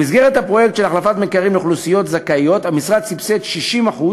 במסגרת הפרויקט של החלפת מקררים לאוכלוסיות זכאיות המשרד סבסד 60%